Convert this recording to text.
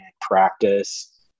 practice